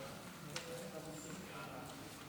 עד עשר דקות.